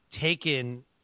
taken